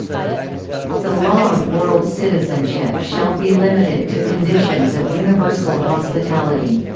the law of world citizenship shall be limited to conditions of universal hospitality